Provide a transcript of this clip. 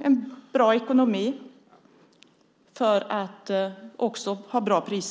en bra ekonomi för att också ha bra priser.